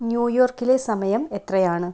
new യോർക്കിലെ സമയം എത്രയാണ്